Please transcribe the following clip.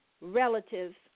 relatives